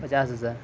پچاس ہزار